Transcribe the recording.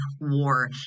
war